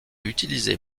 utilisés